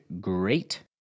great